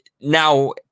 now